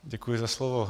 Děkuji za slovo.